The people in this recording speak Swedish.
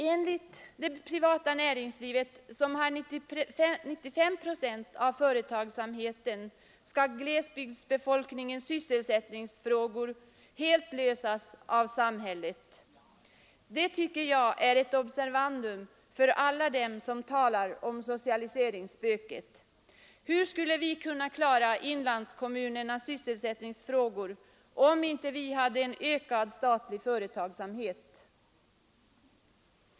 Enligt det privata näringslivet, som står för 95 procent av företagsamheten, skall glesbygdsbefolkningens sysselsättningsfrågor helt lösas av samhället. Det tycker jag är ett observandum för alla dem som talar om socialiseringsspöket. Hur skall vi kunna klara inlandskommunernas sysselsättningsfrågor om vi icke har en ökad statlig företagsamhet?